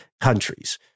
countries